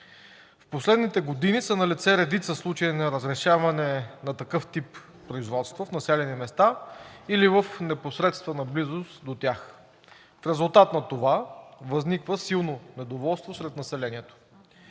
В последните години са налице редица случаи на разрешаване на такъв тип производство в населени места или в непосредствена близост до тях. В резултат на това възниква силно недоволство сред населението.